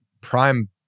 prime